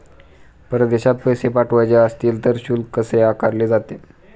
परदेशात पैसे पाठवायचे असतील तर शुल्क कसे आकारले जाते?